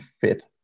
fit